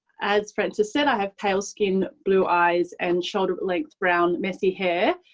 as francis said, i have pail skin, blue eyes and shoulder-length brown messy hair.